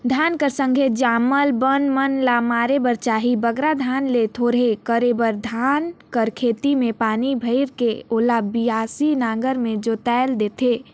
धान कर संघे जामल बन मन ल मारे बर चहे बगरा धान ल थोरहे करे बर धान कर खेत मे पानी भइर के ओला बियासी नांगर मे जोएत देथे